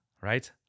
right